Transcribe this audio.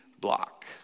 block